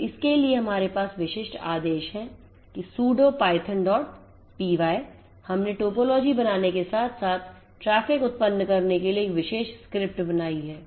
तो इसके लिए हमारे पास विशिष्ट आदेश है कि sudo python py हमने टोपोलॉजी बनाने के साथ साथ ट्रैफ़िक उत्पन्न करने के लिए एक विशेष स्क्रिप्ट बनाई है